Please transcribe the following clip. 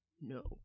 no